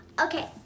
Okay